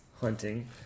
hunting